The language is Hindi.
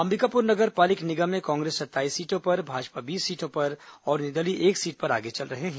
अंबिकापुर नगर पालिक निगम में कांग्रेस सत्ताईस सीटों पर भाजपा बीस सीटों पर और निर्दलीय एक सीट पर आगे चल रहे हैं